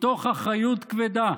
מתוך אחריות כבדה